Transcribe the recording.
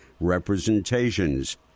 representations